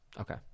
Okay